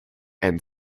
and